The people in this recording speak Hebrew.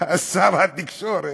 אז לשר התקשורת